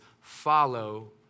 follow